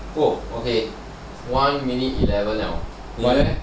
!whoa! okay one minute eleven liao 你的 leh